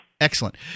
Excellent